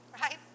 right